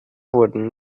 wurden